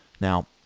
now